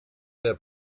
der